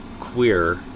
queer